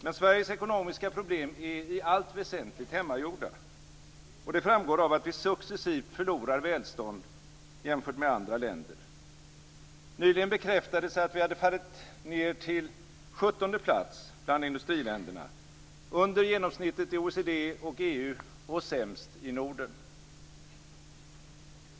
Men Sveriges ekonomiska problem är i allt väsentligt hemmagjorda. Det framgår av att vi successivt förlorar i välstånd jämfört med andra länder. Nyligen bekräftades att vi fallit ned till 17:e plats bland industriländerna - under genomsnittet i OECD och EU och sämst i Norden.